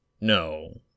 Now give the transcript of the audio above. No